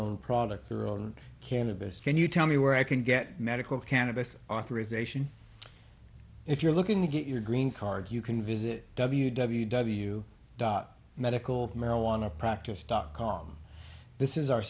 own product their own cannabis can you tell me where i can get medical cannabis authorisation if you're looking to get your green card you can visit w w w dot medical marijuana practice dot com this is our